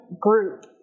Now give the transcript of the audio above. group